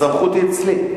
הסמכות היא אצלי.